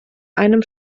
einem